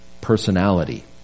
personality